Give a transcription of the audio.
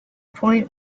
point